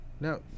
Now